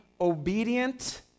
obedient